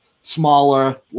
smaller